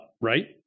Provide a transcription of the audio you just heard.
right